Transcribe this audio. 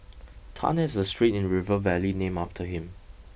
Tan has a street in River Valley named after him